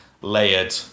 layered